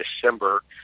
December